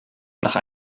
nach